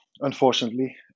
unfortunately